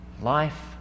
life